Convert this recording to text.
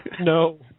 No